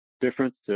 difference